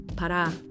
Para